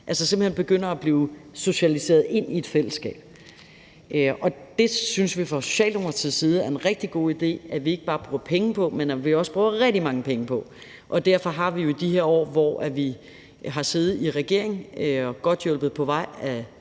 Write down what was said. simpelt hen at blive socialiseret ind i et fællesskab, og det synes vi fra Socialdemokratiets side er en rigtig god idé at vi ikke bare bruger penge på, men at vi også bruger rigtig mange penge på. Derfor har vi i de her år, hvor vi har siddet i regering, og godt hjulpet på vej af